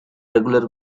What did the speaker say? regular